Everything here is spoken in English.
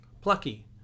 Plucky